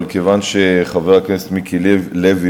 אבל כיוון שחבר הכנסת מיקי לוי,